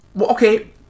okay